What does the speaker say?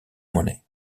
money